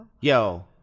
Yo